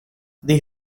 the